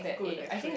good actually